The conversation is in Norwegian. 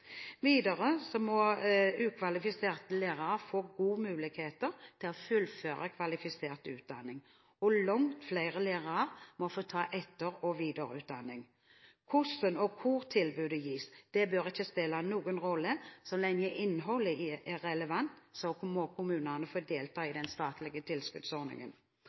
Videre må ukvalifiserte lærere få gode muligheter til å fullføre kvalifisert utdanning, og langt flere lærere må få ta etter- og videreutdanning. Hvordan og hvor tilbudet gis, bør ikke spille noen rolle. Så lenge innholdet er relevant, må kommunene få delta i den statlige tilskuddsordningen.